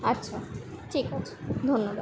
আচ্ছা ঠিক আছে ধন্যবাদ